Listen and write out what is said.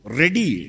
ready